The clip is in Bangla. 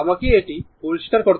আমাকে এটি পরিষ্কার করতে দিন